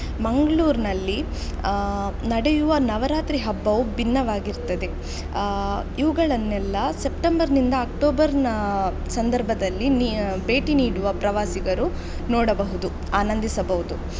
ಮಂಗ್ಳೂರಿನಲ್ಲಿ ನಡೆಯುವ ನವರಾತ್ರಿ ಹಬ್ಬವು ಭಿನ್ನವಾಗಿರ್ತದೆ ಇವುಗಳನ್ನೆಲ್ಲ ಸೆಪ್ಟೆಂಬರ್ನಿಂದ ಅಕ್ಟೋಬರ್ನ ಸಂದರ್ಭದಲ್ಲಿ ನೀ ಭೇಟಿ ನೀಡುವ ಪ್ರವಾಸಿಗರು ನೋಡಬಹುದು ಆನಂದಿಸಬಹುದು